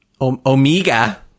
Omega